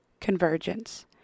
Convergence